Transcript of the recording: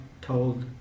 told